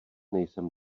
nejsem